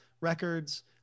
records